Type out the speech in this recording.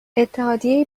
اتحادیه